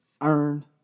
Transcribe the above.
earn